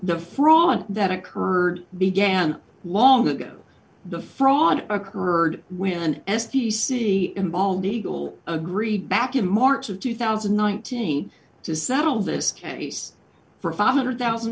the fraud that occurred began long ago the fraud occurred when s t c in bald eagle agree back in march of two thousand and nineteen to settle this case for five hundred thousand